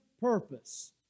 purpose